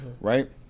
right